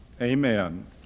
amen